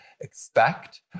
expect